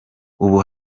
ubu